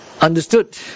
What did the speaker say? understood